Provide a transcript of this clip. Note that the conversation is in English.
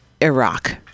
Iraq